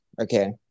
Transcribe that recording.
okay